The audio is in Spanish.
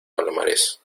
palomares